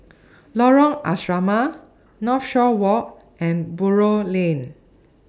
Lorong Asrama Northshore Walk and Buroh Lane